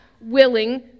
willing